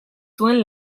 zuen